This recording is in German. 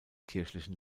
kirchlichen